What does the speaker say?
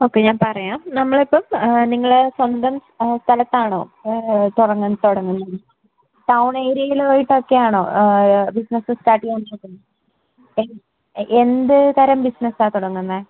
okay ഞാൻ പറയാം നമ്മളിപ്പോൾ നിങ്ങള് സ്വന്തം സ്ഥലത്താണോ തുടങ്ങുന്നത് തുടങ്ങുന്നത് ടൗൺ ഏരിയയിൽ ഒക്കെ ആയിട്ടാണോ ബിസിനസ് സ്റ്റാർട്ട് ചെയ്യാൻ നോക്കുന്നത് എന്ത് തരം ബിസിനസ്സാണ് തുടങ്ങുന്നത്